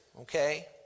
okay